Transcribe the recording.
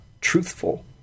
truthful